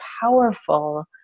powerful